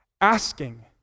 asking